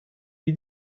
wie